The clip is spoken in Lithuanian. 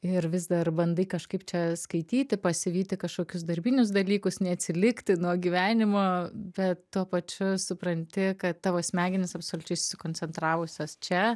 ir vis dar bandai kažkaip čia skaityti pasivyti kažkokius darbinius dalykus neatsilikti nuo gyvenimo bet tuo pačiu supranti kad tavo smegenys absoliučiai susikoncentravusios čia